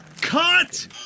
Cut